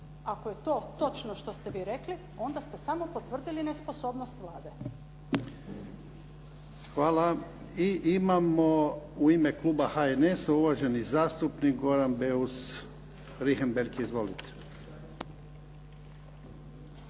Ako je to točno što ste vi rekli, onda ste samo potvrdili nesposobnost Vlade. **Jarnjak, Ivan (HDZ)** Hvala. I imamo u ime kluba HNS-a uvaženi zastupnik Goran Beus Richembergh. Izvolite.